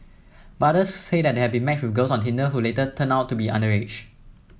but others say they have been matched with girls on Tinder who later turned out to be underage